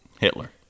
Hitler